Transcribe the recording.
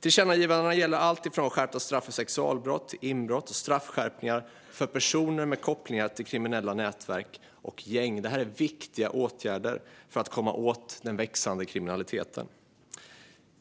Tillkännagivandena gäller alltifrån skärpta straff för sexualbrott till inbrott och straffskärpningar för personer med kopplingar till kriminella nätverk och gäng. Det här är viktiga åtgärder för att komma åt den växande kriminaliteten.